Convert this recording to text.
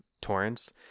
torrents